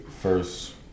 first